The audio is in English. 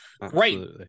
great